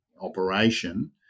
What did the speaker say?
operation